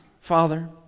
Father